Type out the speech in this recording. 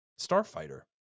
starfighter